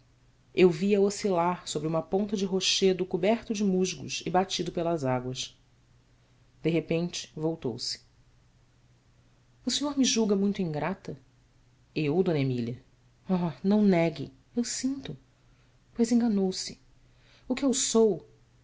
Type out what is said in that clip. eu vi-a oscilar sobre uma ponta de rochedo coberto de musgos e batido pelas águas de repente voltou-se senhor me julga muito ingrata u mília h ão negue eu sinto pois enganou-se o que eu sou